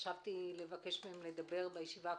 חשבתי לבקש מהם לדבר בישיבה הקודמת,